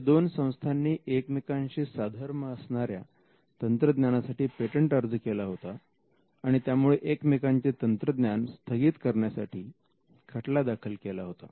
या दोन संस्थांनी एकमेकांशी साधर्म्य असणाऱ्या तंत्रज्ञानासाठी पेटंट अर्ज केला होता आणि त्यामुळे एकमेकांचे तंत्रज्ञान स्थगित करण्यासाठी खटला दाखल केला होता